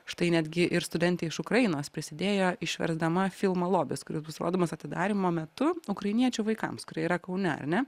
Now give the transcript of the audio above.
štai netgi ir studentė iš ukrainos prisidėjo išversdama filmą lobis kuris bus rodomas atidarymo metu ukrainiečių vaikams kurie yra kaune ar ne